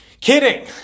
Kidding